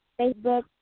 Facebook